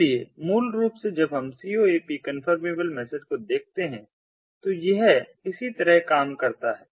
इसलिए मूल रूप से जब हम CoAP कंफर्मेबल मैसेज को देखते हैं तो यह इसी तरह काम करता है